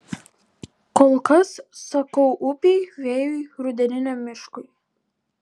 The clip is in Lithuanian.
kol kas sakau upei vėjui rudeniniam miškui